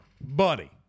Buddy